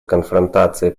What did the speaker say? конфронтации